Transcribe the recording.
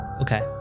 Okay